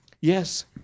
Yes